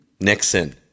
Nixon